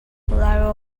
collateral